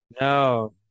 No